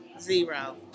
Zero